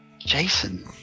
Jason